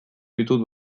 ditut